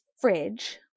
fridge